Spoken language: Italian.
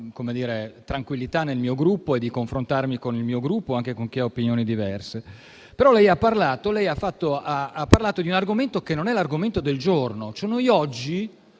tranquillità nel mio Gruppo e di confrontarmi con il mio Gruppo anche con chi ha opinioni diverse. Lei, però, ha parlato di un argomento che non è l'argomento del giorno. Siccome voi